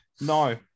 No